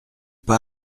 pas